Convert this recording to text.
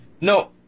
No